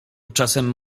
czasem